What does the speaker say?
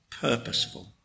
purposeful